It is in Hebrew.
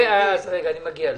אני מגיע לזה.